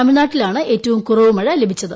തമിഴ്നാട്ടിലാണ് ഏറ്റവും കുറവ് മഴ ലഭിച്ചത്